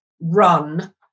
run